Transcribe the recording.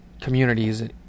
communities